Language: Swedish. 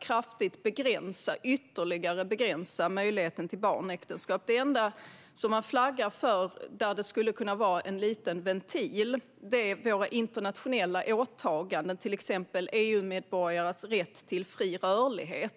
kraftigt ska begränsa, ytterligare, möjligheten till barnäktenskap. Det enda som man flaggar för skulle kunna vara en liten ventil är våra internationella åtaganden, till exempel EU-medborgares rätt till fri rörlighet.